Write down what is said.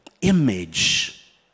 image